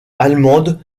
allemande